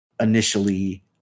initially